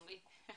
גם לי.